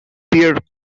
pierre